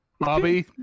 Bobby